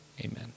Amen